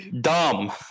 Dumb